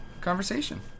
conversation